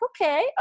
okay